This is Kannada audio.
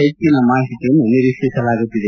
ಹೆಚ್ಚಿನ ಮಾಹಿತಿಯನ್ನು ನಿರೀಕ್ಷಿ ಸಲಾಗುತ್ತಿದೆ